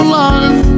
life